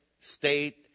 state